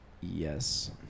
Yes